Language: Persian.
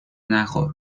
نخور